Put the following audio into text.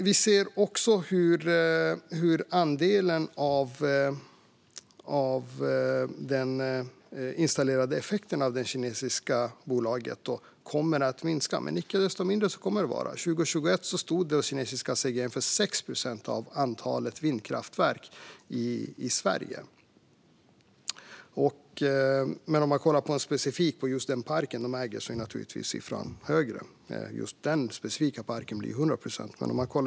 Vi ser också att det kinesiska bolagets andel av den installerade effekten kommer att minska. Icke desto mindre stod kinesiska CGN för 6 procent av antalet vindkraftverk i Sverige, men siffran är naturligtvis högre för den specifika park som de äger - 100 procent.